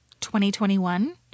2021